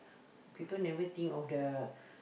people never think of the